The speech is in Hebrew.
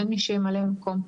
אין מי שימלא מקום.